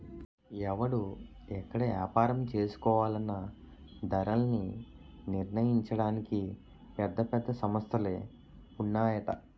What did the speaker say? ఎవడు ఎక్కడ ఏపారం చేసుకోవాలన్నా ధరలన్నీ నిర్ణయించడానికి పెద్ద పెద్ద సంస్థలే ఉన్నాయట